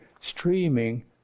streaming